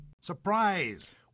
Surprise